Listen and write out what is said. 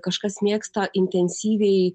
kažkas mėgsta intensyviai